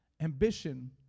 ambition